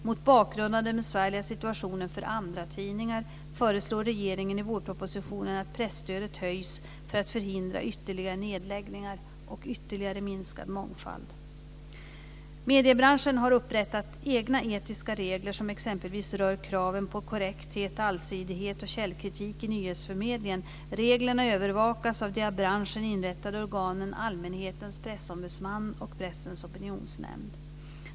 Mot bakgrund av den besvärliga situationen för andratidningar föreslår regeringen i vårpropositionen att presstödet höjs för att förhindra ytterligare nedläggningar och ytterligare minskad mångfald. Mediebranschen har upprättat egna etiska regler som exempelvis rör kraven på korrekthet, allsidighet och källkritik i nyhetsförmedlingen. Reglerna övervakas av de av branschen inrättade organen Allmänhetens pressombudsman och Pressens opinionsnämnd.